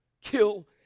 kill